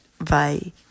Bye